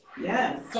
Yes